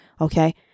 Okay